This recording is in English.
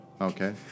Okay